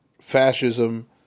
fascism